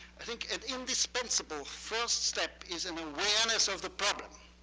i think an indispensable first step is an awareness of the problem.